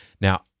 Now